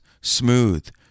smooth